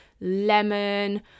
lemon